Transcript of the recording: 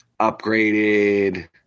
upgraded